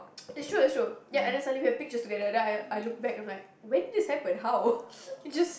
it's true is true ya and then suddenly we have pictures together then I I look back I'm like when this happen how it just